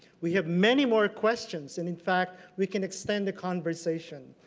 we have many more questions. and in fact, we can extend the conversation.